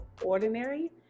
ordinary